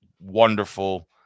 wonderful